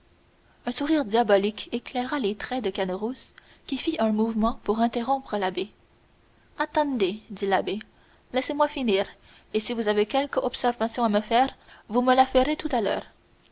un sourire diabolique éclaira les traits de caderousse qui fit un mouvement pour interrompre l'abbé attendez dit l'abbé laisse-moi finir et si vous avez quelque observation à me faire vous me la ferez tout à l'heure